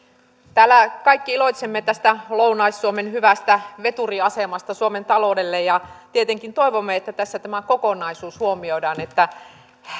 täällä kaikki iloitsemme tästä lounais suomen hyvästä veturiasemasta suomen taloudelle tietenkin toivomme että tässä tämä kokonaisuus huomioidaan